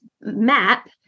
map